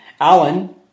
Alan